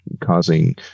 causing